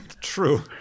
true